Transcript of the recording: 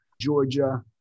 Georgia